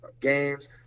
games